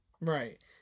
Right